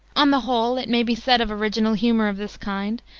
on the whole, it may be said of original humor of this kind,